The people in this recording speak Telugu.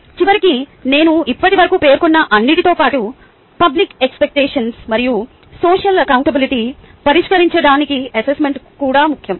చివరికి నేను ఇప్పటివరకు పేర్కొన్న అన్నిటితో పాటు పబ్లిక్ ఎక్స్పెక్టేషన్స్ మరియు సోషల్ అక్కౌంటబిలిటీ పరిష్కరించడానికి అసెస్మెంట్ కూడా ముఖ్యం